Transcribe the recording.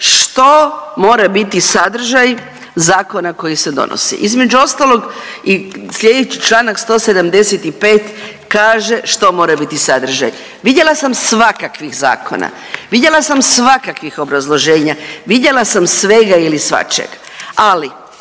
što mora biti sadržaj zakona koji se donosi. Između ostalog i sljedeći članak 175. kaže što mora biti sadržaj. Vidjela sam svakakvih zakona, vidjela sam svakakvih obrazloženja, vidjela sam svega ili svačeg, ali